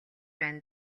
байна